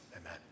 Amen